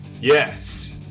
Yes